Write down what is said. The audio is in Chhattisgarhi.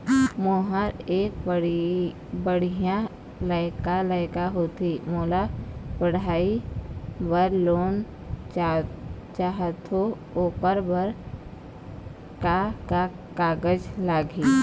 मेहर एक पढ़इया लइका लइका होथे मोला पढ़ई बर लोन चाहथों ओकर बर का का कागज लगही?